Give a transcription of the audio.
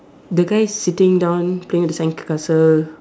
the guy is sitting down playing at the sandcastle